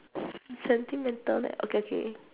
sentimental leh okay okay